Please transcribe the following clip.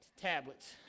Tablets